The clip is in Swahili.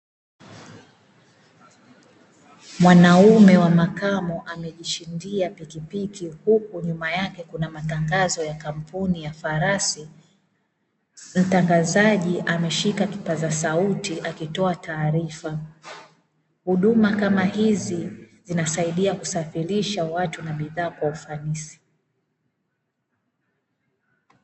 Mwanaume wa makamo amejishindia pikipiki huku nyuma yake kuna matangazo ya kampuni ya farasi, mtangazaji ameshika kipaza sauti akitoa taarifa. Huduma kama hizi zinasaidia kusafirisha watu na bidhaa kwa ufanisi.